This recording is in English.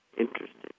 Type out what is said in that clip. interesting